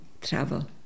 travel